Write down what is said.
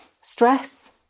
stress